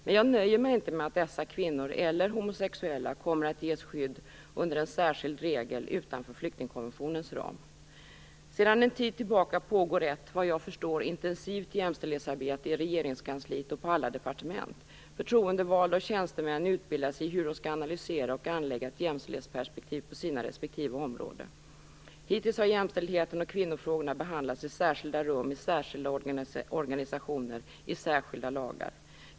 Men jag nöjer mig inte med att dessa kvinnor eller homosexuella kommer att ges skydd under en särskild regel utanför flyktingkonventionens ram. Sedan en tid tillbaka pågår ett, såvitt jag förstår, intensivt jämställdhetsarbete i regeringskansliet och på alla departement. Förtroendevalda och tjänstemän utbildas i hur de skall analysera och anlägga ett jämställdhetsperspektiv på sina respektive områden. Hittills har jämställdheten och kvinnofrågorna behandlats i särskilda rum, i särskilda organisationer, i särskilda lagar.